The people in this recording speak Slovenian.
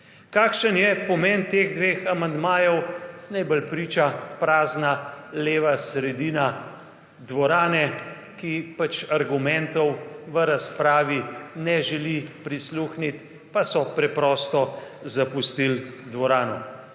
Kakšen je pomen teh dveh amandmajev, najbolj priča prazna leva sredina dvorane, ki pač argumentov v razpravi ne želi prisluhnit, pa so preprosto zapustil dvorano.